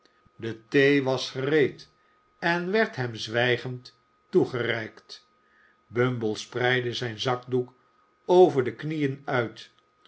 de thee was gereed en werd hem zwijgend toegereikt bumble spreidde zijn zakdoek over de knieën uit